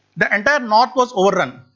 the entire north was overrun,